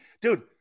Dude